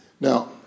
Now